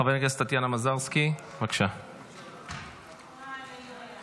חברת הכנסת טטיאנה מזרסקי, שלוש דקות,